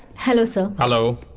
hello, sir. hello.